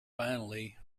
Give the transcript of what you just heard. finally